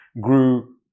grew